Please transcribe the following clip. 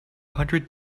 hundred